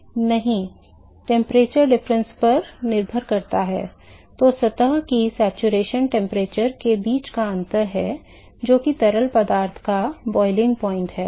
नहीं तापमान अंतर पर निर्भर करता है जो सतह और संतृप्ति तापमान के बीच का अंतर है जो कि तरल पदार्थ का क्वथनांक है